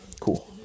Cool